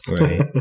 Right